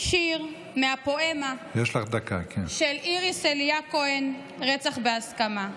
שיר מהפואמה של איריס אליה כהן "רצח בהסכמה".